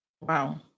Wow